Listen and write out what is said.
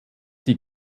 die